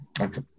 okay